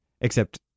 except-